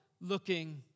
looking